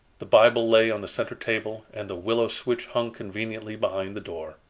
the bible lay on the center table and the willow switch hung conveniently behind the door.